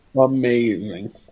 Amazing